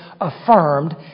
affirmed